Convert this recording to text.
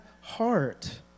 heart